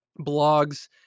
blogs